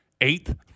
eighth